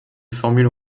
formule